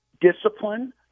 discipline